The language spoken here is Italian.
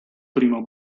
primo